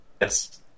Yes